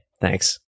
Thanks